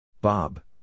Bob